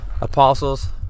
Apostles